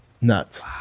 Nuts